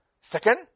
Second